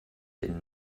den